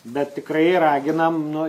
bet tikrai raginam nu